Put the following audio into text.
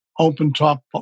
open-top